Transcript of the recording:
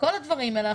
כל הדברים האלה,